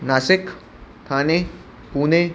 Nashik Thane Pune